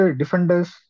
defenders